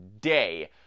day